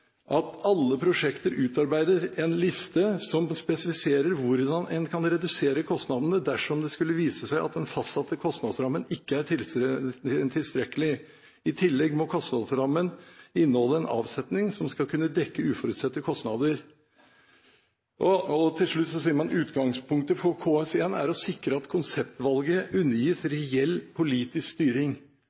liste som spesifiserer hvordan en kan redusere kostnadene dersom det skulle vise seg at den fastsatte kostnadsrammen ikke er tilstrekkelig. I tillegg må kostnadsrammen inneholde en avsetning som skal kunne dekke uforutsette kostnader.» Til slutt sier man: «Utgangspunktet for KS1 er å sikre at konseptvalget undergis reell politisk styring.»